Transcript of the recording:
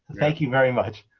thank you very much.